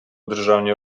державній